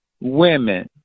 women